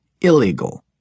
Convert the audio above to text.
Illegal